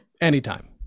Anytime